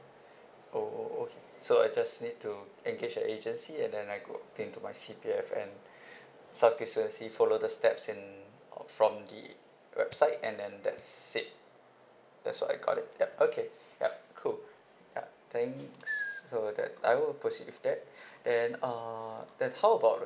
oh oh okay so I just need to engage a agency and then I go into my C_P_F and sagaciously follow the steps and uh from the website and then that's it that's where I got it ya okay ya cool ya thanks so that I will proceed with that and uh then how about